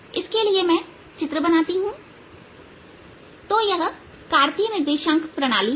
इसके लिए मैं चित्र बनाती हूं तो यह कार्तीय निर्देशांक प्रणाली है